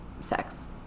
sex